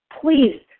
please